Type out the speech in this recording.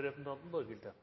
representanten